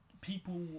people